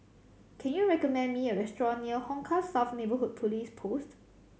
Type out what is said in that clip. can you recommend me a restaurant near Hong Kah South Neighbourhood Police Post